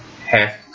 have